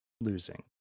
losing